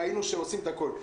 ראינו שעושים את הכול.